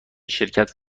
شرکت